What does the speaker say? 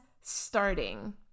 starting